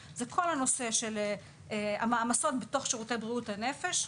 הוא כל נושא העומס בתוך שירותי בריאות הנפש.